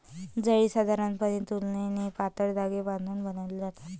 जाळी साधारणपणे तुलनेने पातळ धागे बांधून बनवली जातात